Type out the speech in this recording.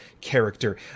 character